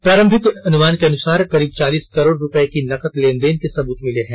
प्रारंभिक अनुमान के अनुसार करीब चालीस करोड़ रुपए की नकद लेन देन के सबूत मिले हैं